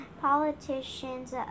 politicians